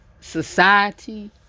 society